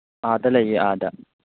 ꯑꯥꯗ ꯂꯩꯌꯦ ꯑꯥꯗ